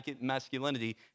masculinity